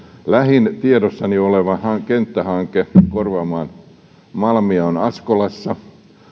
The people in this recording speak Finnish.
lähin tiedossani oleva kenttähanke korvaamaan malmia on askolassa